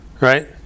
Right